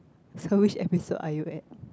so which episode are you at